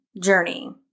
journey